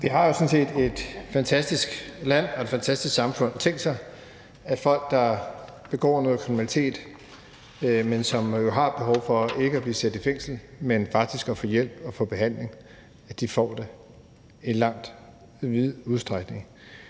set et fantastisk land og et fantastisk samfund. Tænk sig, at folk, der begår kriminalitet, men som har et behov for ikke at blive sat i fængsel, men faktisk at få hjælp og behandling, får det – i vid udstrækning.